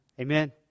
amen